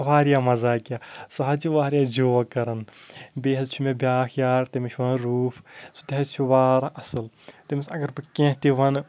واریاہ مَزاقیَہ سُہ حظ چھُ واریاہ جوک کَران بیٚیہِ حظ چھُ مےٚ بیٛاکھ یار تٔمِس چھِ وَنان روٗف سُہ تہِ حظ چھُ وارٕ اَصٕل تٔمِس اَگر بہٕ کیٚنٛہہ تہِ وَنہٕ